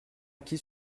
acquis